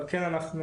אבל כן אנחנו